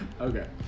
Okay